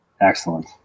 Excellent